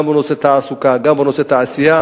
גם על נושא התעסוקה וגם בנושא התעשייה.